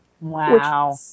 Wow